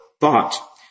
thought